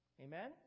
Amen